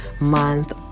month